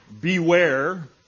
beware